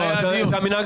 יש סמכות ללא